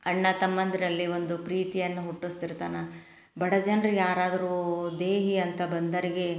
ಅಣ್ಣ ತಮ್ಮಂದಿರಲ್ಲಿ ಒಂದು ಪ್ರೀತಿಯನ್ನು ಹುಟ್ಟಿಸ್ತಿರ್ತಾನ ಬಡ ಜನ್ರಿಗೆ ಯಾರಾದರೂ ದೇಹಿ ಅಂತ ಬಂದೋರಿಗೆ